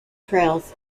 trails